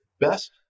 best